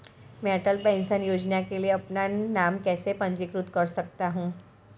मैं अटल पेंशन योजना के लिए अपना नाम कैसे पंजीकृत कर सकता हूं?